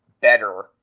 better